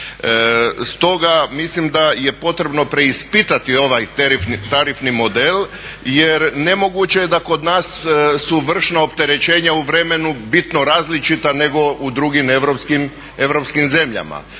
Stoga mislim da je potrebno preispitati ovaj tarifni model jer nemoguće je da kod nas su vršna opterećenja u vremenu bitno različita nego u drugim europskim zemljama.